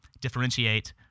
differentiate